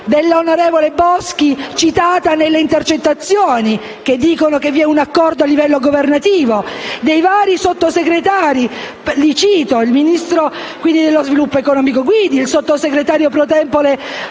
dell'onorevole Boschi (citata nelle intercettazioni, in cui si dice che vi è un accordo a livello governativo), dei vari sottosegretari del Governo (cito, oltre al ministro dello sviluppo economico Guidi, il sottosegretario *pro tempore*